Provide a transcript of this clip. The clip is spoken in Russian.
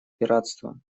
пиратством